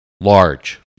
large